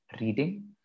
reading